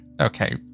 Okay